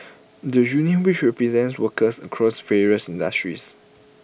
the union which represents workers across various industries